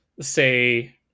say